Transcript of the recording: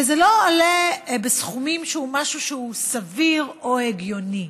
וזה לא עולה סכומים שהם משהו שהוא סביר או הגיוני.